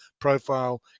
profile